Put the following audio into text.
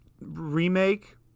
remake